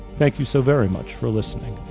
thank you so very much for listening